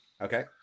Okay